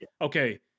okay